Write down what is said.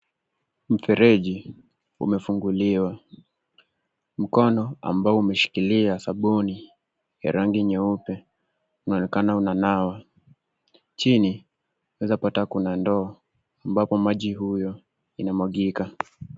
Mfereji umefunguliwa, mkono ambao umeshikilia sabuni ya rangi nyeupe unaonekana unanawa. Chini unaeza pata kuna ndoo, ambapo maji huyo inamwagika.